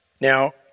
Now